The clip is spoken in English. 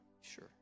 sure